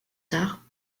tard